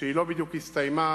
שלא בדיוק הסתיימה,